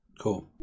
Cool